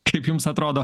kaip jums atrodo